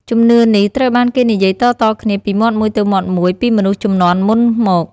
ជំនឿនេះត្រូវបានគេនិយាយតៗគ្នាពីមាត់មួយទៅមាត់មួយពីមនុស្សជំនាន់មុនមក។